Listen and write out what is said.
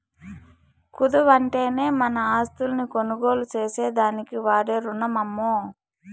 కుదవంటేనే మన ఆస్తుల్ని కొనుగోలు చేసేదానికి వాడే రునమమ్మో